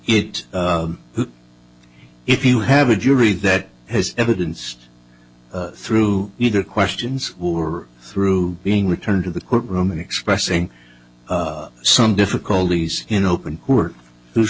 who if you have a jury that has evidence through either questions or through being returned to the courtroom and expressing some difficulties in open court who